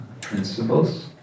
principles